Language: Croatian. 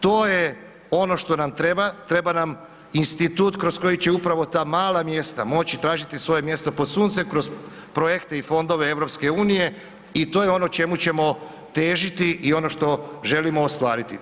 To je ono što nam treba, treba nam institut kroz koji će upravo ta mala mjesta moći tražiti svoje mjesto pod suncem, kroz projekte i fondove EU i to je ono čemu ćemo težiti i ono što želimo ostvariti.